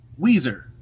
Weezer